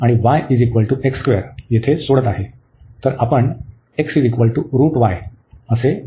आणि y येथे सोडत आहे तर आपण x घेऊ शकतो